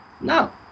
No